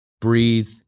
Breathe